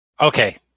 Okay